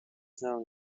known